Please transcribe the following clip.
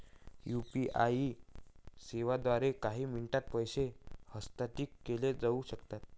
UPI सेवांद्वारे काही मिनिटांत पैसे हस्तांतरित केले जाऊ शकतात